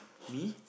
me